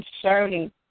concerning